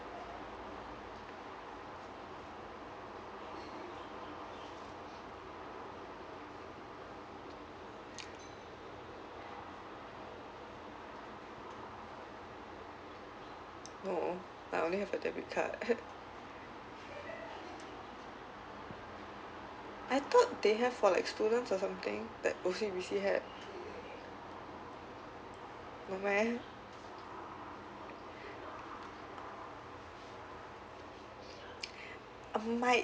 no I only have a debit card I thought they have for like students or something like O_C_B_C had no meh might